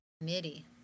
committee